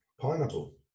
Pineapple